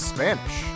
Spanish